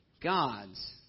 gods